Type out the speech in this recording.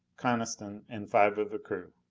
coniston and five of the crew.